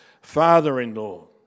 father-in-law